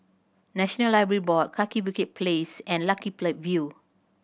National Library Board Kaki Bukit Place and Lucky View